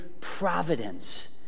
providence